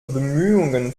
bemühungen